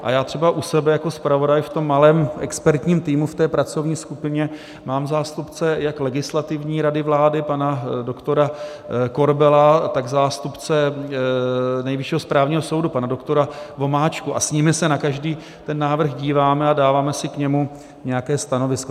A já třeba u sebe jako zpravodaj v malém expertním týmu, v pracovní skupině, mám zástupce jak Legislativní rady vlády, pana doktora Korbela, tak zástupce Nejvyššího správního soudu, pana doktora Vomáčku, a s nimi se na každý ten návrh díváme a dáváme si k němu nějaké stanovisko.